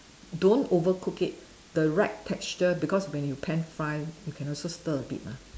don't overcook it the right texture because when you pan fry you can also stir a bit mah